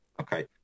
Okay